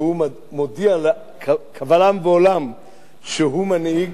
והוא מודיע קבל עם ועולם שהוא מנהיג,